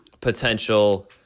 potential